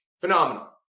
phenomenal